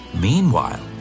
Meanwhile